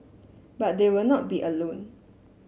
but they will not be alone